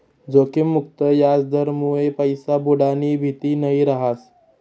जोखिम मुक्त याजदरमुये पैसा बुडानी भीती नयी रहास